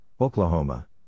Oklahoma